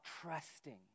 trusting